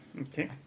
Okay